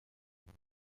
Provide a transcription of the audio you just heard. lara